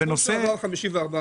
הסכום שקיבלנו הוא 54 מיליון.